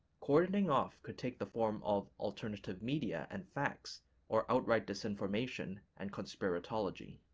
cordoning-off could take the form of alternative media and facts or outright disinformation and conspiratology.